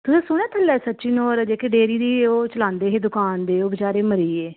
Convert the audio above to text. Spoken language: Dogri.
तुसें सुनेआ थल्ले सचिन होर जेह्के डेयरी दी ओह् चलांदे हे दकान ते ओह् बचारे मरी गे